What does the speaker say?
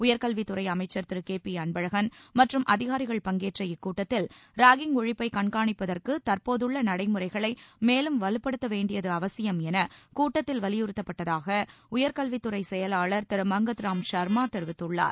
உயர்கல்வித்துறை அமைச்சர் திரு கே பி அன்பழகள் மற்றும் அதிகாரிகள் பங்கேற்ற இக்கூட்டத்தில் ராகிங் ஒழிப்பை கண்காணிப்பதற்கு தற்போதுள்ள நடைமுறைகளை மேலும் வலுப்படுத்த வேண்டியது அவசியம் என கூட்டத்தில் வலியுறுத்தப்பட்டதாக உயர் கல்வித்துறை செயலாளர் திரு மங்கத் ராம் ஷர்மா தெரிவித்துள்ளார்